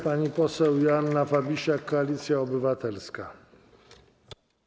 Pani poseł Joanna Fabisiak, Koalicja Obywatelska.